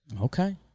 Okay